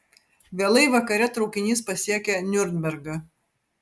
vėlai vakare traukinys pasiekia niurnbergą